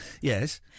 Yes